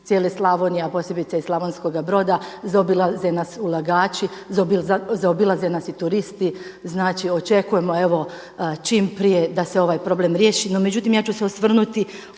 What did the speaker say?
cijele Slavonije, a posebice iz Slavonskoga Broda, zaobilaze nas ulagači, zaobilaze nas i turisti. Znači, očekujemo evo čim prije da se ovaj problem riješi.